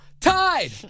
tied